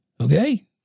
Okay